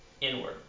inward